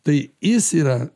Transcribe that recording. tai jis yra